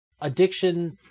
addiction